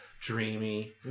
Dreamy